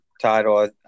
title